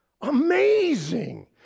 Amazing